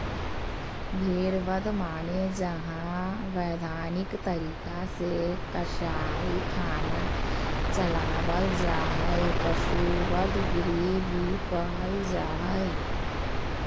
भेड़ बध माने जहां वैधानिक तरीका से कसाई खाना चलावल जा हई, पशु वध गृह भी कहल जा हई